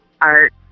Art